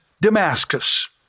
Damascus